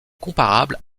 comparables